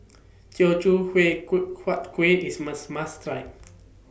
Teochew Hui Kueh Huat Kueh IS must must Try